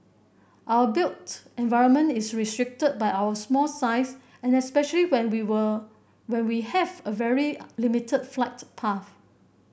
our built environment is restricted by our small size and especially when we were when we have a very limited flight path